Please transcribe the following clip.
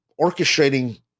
orchestrating